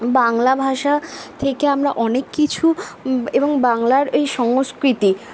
বাংলা ভাষা থেকে আমরা অনেক কিছু এবং বাংলার এই সংস্কৃতি